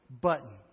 button